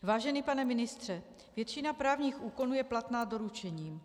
Vážený pane ministře, většina právních úkonů je platná doručením.